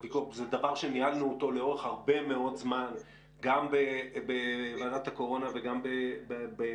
זה דבר שניהלנו אותו לאורך הרבה מאוד זמן גם בוועדת הקורונה וגם בציבור.